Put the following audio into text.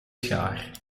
schaar